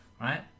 right